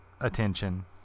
attention